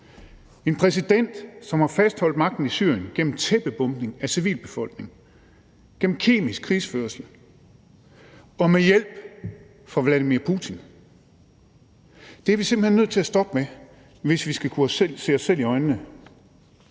en præsident, som har fastholdt magten i Syrien gennem tæppebombning af civilbefolkningen, gennem kemisk krigsførelse og med hjælp fra Vladimir Putin. Det er vi simpelt hen nødt til at stoppe med, hvis vi skal kunne se os selv i øjnene.